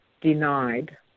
denied